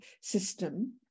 system